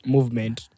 Movement